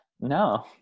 No